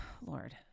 Lord